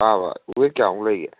ꯄꯥꯕ ꯋꯦꯠ ꯀꯌꯥꯃꯨꯛ ꯂꯩꯒꯦ